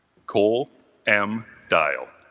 cole am dial